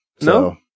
No